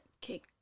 cake